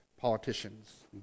politicians